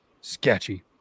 sketchy